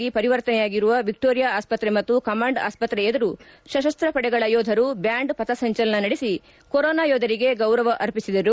ಬೆಂಗಳೂರಿನಲ್ಲಿ ಕೊರೊನಾ ಆಸ್ತತೆಗಳಾಗಿ ಪರಿವರ್ತನೆಯಾಗಿರುವ ವಿಕ್ಟೋರಿಯಾ ಆಸ್ತತ್ರೆ ಮತ್ತು ಕಮಾಂಡ್ ಆಸ್ತ್ರೆ ಎದುರು ಸಶಸ್ತ್ರ ಪಡೆಗಳ ಯೋಧರು ಬ್ಯಾಂಡ್ ಪಥಸಂಚಲನ ನಡೆಸಿ ಕೊರೊನಾ ಯೋಧರಿಗೆ ಗೌರವ ಅರ್ಪಿಸಿದರು